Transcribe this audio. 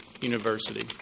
University